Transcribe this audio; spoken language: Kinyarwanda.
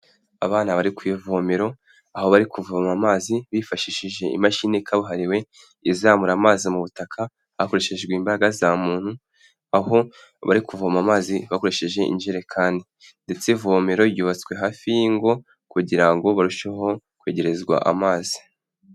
Abana bari ku ivomero, aho bari kuvoma amazi, bifashishije imashini kabuhariwe, izamura amazi mu butaka, hakoreshejwe imbaraga za muntu, aho bari kuvoma amazi bakoresheje injerekani. Ndetse ivomero ryubatswe hafi y'ingo kugira ngo barusheho kwegerezwa amazi.